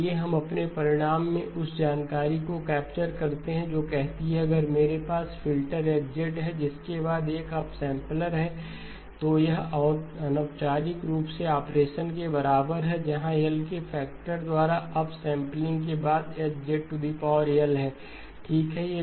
आइए हम अपने परिणाम में उस जानकारी को कैप्चर करते हैं जो कहती है कि अगर मेरे पास फ़िल्टर H है जिसके बाद एक अप सैंपलर है तो यह अनौपचारिक रूप से ऑपरेशन के बराबर है जहां L के फैक्टरद्वारा अपसैंपलिंग के बाद H है ठीक है